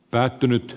varapuhemies